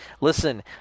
Listen